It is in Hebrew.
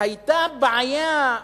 היתה בעיה,